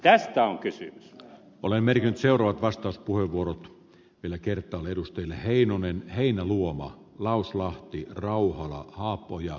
tästä on kysymys ole media seuraa vastauspuheenvuorot yläkertaan edustajille heinonen heinäluoma lauslahti rauhan haapoja